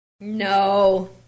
No